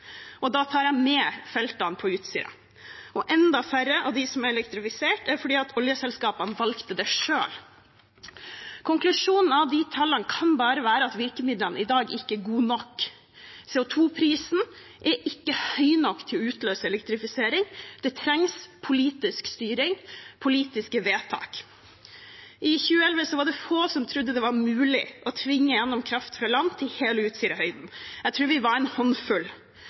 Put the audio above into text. og da tar jeg med feltene på Utsira. Enda færre av dem som er elektrifiserte, er det fordi oljeselskapene valgte det selv. Konklusjonen av de tallene kan bare være at virkemidlene i dag ikke er gode nok. CO2-prisen er ikke høy nok til å utløse elektrifisering. Det trengs politisk styring og politiske vedtak. I 2011 var det få som trodde det var mulig å tvinge igjennom kraft fra land til hele Utsira-høyden. Jeg tror vi var en håndfull